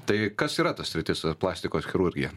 tai kas yra tas sritis plastikos chirurgija